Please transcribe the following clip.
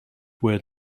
where